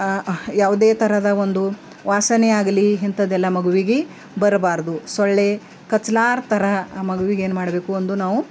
ಯಾವುದೇ ಥರದ ಒಂದು ವಾಸನೆ ಆಗಲಿ ಇಂಥದ್ದೆಲ್ಲ ಮಗುವಿಗೆ ಬರಬಾರದು ಸೊಳ್ಳೆ ಕಚ್ಲಾರ್ತರ ಮಗುವಿಗೇನ್ಮಾಡ್ಬೇಕು ಒಂದು ನಾವು